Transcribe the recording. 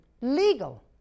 Legal